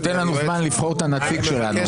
הוא ייתן לנו זמן לבחור את הנציג שלנו.